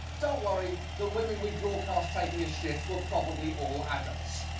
don't worry the women we broadcast taking a shit were probably all adults.